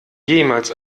jemals